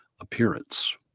appearance